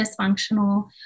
dysfunctional